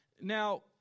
Now